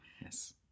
Yes